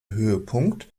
höhepunkt